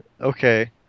Okay